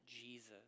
Jesus